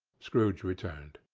scrooge returned.